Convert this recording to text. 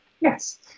Yes